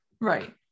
right